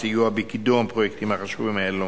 הסיוע בקידום הפרויקטים החשובים האלה.